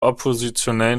oppositionellen